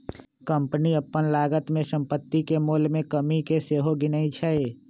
company अप्पन लागत में सम्पति के मोल में कमि के सेहो गिनै छइ